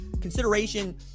consideration